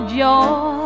joy